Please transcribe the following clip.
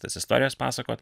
tas istorijas pasakot